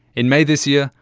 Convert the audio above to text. in may this year,